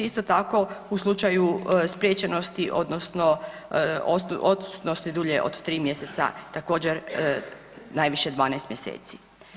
Isto tako u slučaju spriječenosti odnosno odsutnosti dulje od 3 mjeseca također najviše 12 mjeseci.